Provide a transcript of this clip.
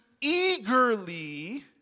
eagerly